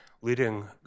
leading